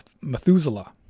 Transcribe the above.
methuselah